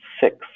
six